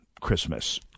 Christmas